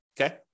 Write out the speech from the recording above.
Okay